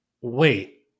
Wait